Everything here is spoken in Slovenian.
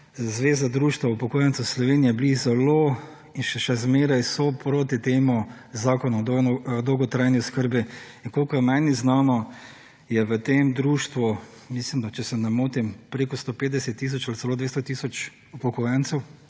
Zveze društev upokojencev Slovenije, bili zelo in še zmeraj so proti temu Zakonu o dolgotrajni oskrbi in koliko je meni znano, je v tem društvu, mislim da, če se ne motim, preko 150 tisoč ali celo 200 tisoč upokojencev,